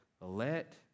Let